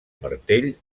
martell